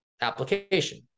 application